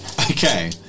Okay